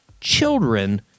children